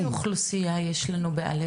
איזה אוכלוסיה יש לנו בעל"ה?